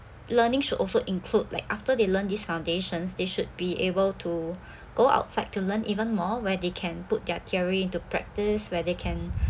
learning should also include like after they learn this foundations they should be able to go outside to learn even more where they can put their theory into practice where they can